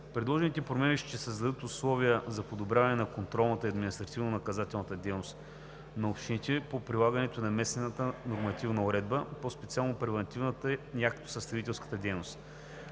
Предложените промени ще създадат условия за подобряване на контролната и административнонаказателната дейност на общините по прилагането на местната нормативна уредба – по специално превантивната и актосъставителската дейност.